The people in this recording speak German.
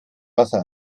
wasser